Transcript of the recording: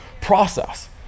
process